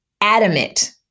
adamant